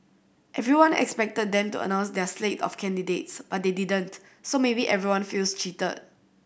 everyone expected them to announce their slate of candidates but they didn't so maybe everyone feels cheated